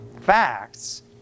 facts